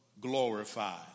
glorified